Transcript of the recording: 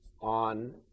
on